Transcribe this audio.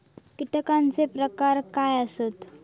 कीटकांचे प्रकार काय आसत?